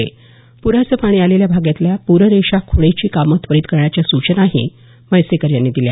प्राचं पाणी आलेल्या भागातल्या पूररेषा खूणेची कामं त्वरित करण्याच्या सूचनाही म्हैसेकर यांनी दिल्या